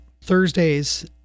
Thursdays